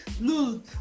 look